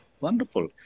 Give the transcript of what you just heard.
wonderful